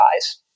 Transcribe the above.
size